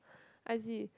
I see